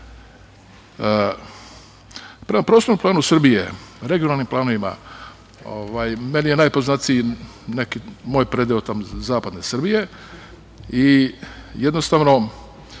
Prema prostornom planu Srbije, regionalnim planovima, meni je najpoznatiji moj predeo Zapadne Srbije i jednostavno